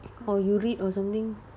or you read or something